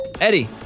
Eddie